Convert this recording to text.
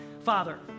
Father